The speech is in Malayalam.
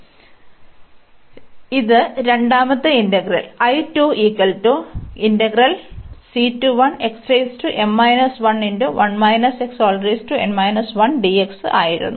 അതിനാൽ ഇത് രണ്ടാമത്തെ ഇന്റഗ്രൽ ആയിരുന്നു